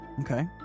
Okay